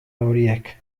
horiek